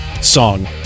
song